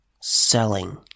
selling